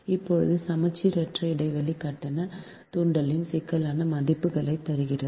இப்போது சமச்சீரற்ற இடைவெளி கட்ட தூண்டலின் சிக்கலான மதிப்புகளைத் தருகிறது